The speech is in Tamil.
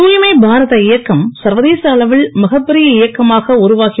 தாய்மை பாரத இயக்கம் சர்வதேச அளவில் மிகப் பெரிய இயக்கமாக உருவாகி